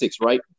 right